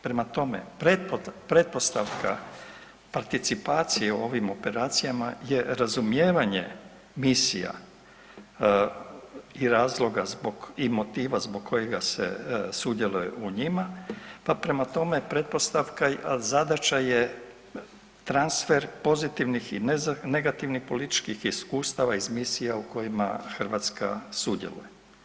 Prema tome, pretpostavka participacije u ovim operacijama je razumijevanje misija i razloga zbog i motiva zbog kojega se sudjeluje u njima, pa prema tome, pretpostavka, a zadaća je transfer pozitivnih i negativnih političkih iskustava iz misija u kojima Hrvatska sudjeluje.